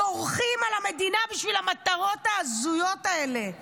דורכים על המדינה בשביל המטרות ההזויות האלה.